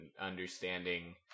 understanding